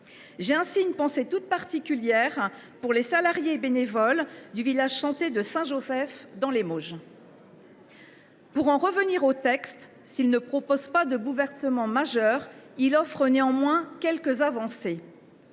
J’ai une pensée toute particulière pour les salariés et bénévoles du Village Santé Saint Joseph, dans les Mauges. Ce texte, s’il ne propose pas de bouleversements majeurs, offre néanmoins quelques avancées.